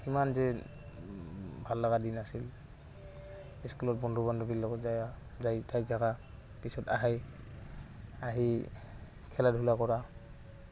কিমান যে ভাললগা দিন আছিল স্কুলত বন্ধু বান্ধৱীৰ লগত যায় যাই ঠাইত থাকা পিছত আহে আহি খেলা ধূলা কৰা